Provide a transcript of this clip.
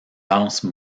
danse